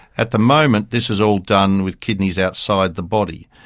at the moment this is all done with kidneys outside the body,